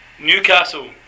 Newcastle